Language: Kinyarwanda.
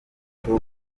atatu